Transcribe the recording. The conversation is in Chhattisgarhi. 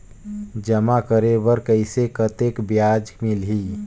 जमा करे बर कइसे कतेक ब्याज मिलही?